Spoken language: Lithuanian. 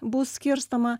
bus skirstoma